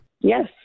Yes